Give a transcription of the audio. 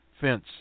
fence